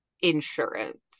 insurance